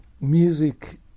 music